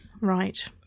right